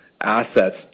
assets